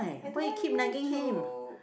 I don't want you to